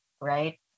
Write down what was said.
right